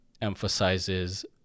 emphasizes